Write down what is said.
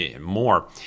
more